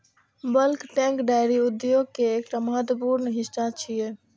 bulk tank dairy उद्योग के एकटा महत्वपूर्ण हिस्सा छियै